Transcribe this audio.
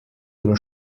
dello